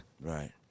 Right